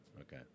Okay